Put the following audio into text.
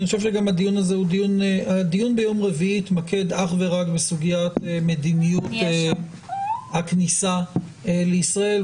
הדיון ביום רביעי יתמקד אך ורק בסוגיית המדיניות הכניסה לישראל,